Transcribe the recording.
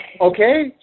okay